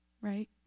right